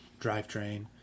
drivetrain